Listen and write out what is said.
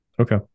okay